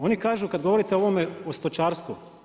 Oni kažu kad govorite o ovome, o stočarstvu.